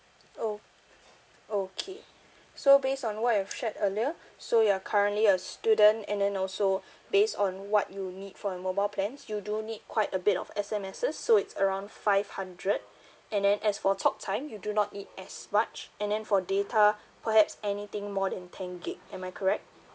oo okay so based on what you've shared earlier so you're currently a student and then also based on what you need for your mobile plan you do need quite a bit of S_M_Ss so it's around five hundred and then as for talk time you do not need as much and then for data perhaps anything more than ten gigabyte am I correct